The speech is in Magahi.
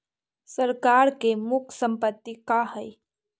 सरकार के मुख्य संपत्ति का हइ?